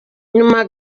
nyuma